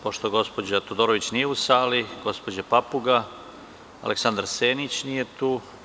Pošto gospođa Todorović nije u sali, gospođa Papuga, Aleksandar Senić nije tu.